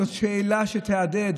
זאת שאלה שתהדהד,